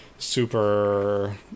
super